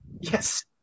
Yes